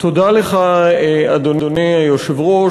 תודה לך, אדוני היושב-ראש.